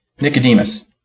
Nicodemus